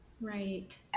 Right